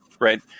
right